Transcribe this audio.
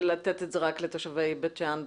לתת את זה חינם רק לתושבי בית שאן.